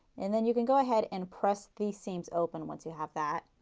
and then you can go ahead and press these seams open once you have that.